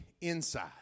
inside